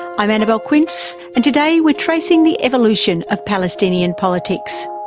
i'm annabelle quince and today we're tracing the evolution of palestinian politics.